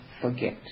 forget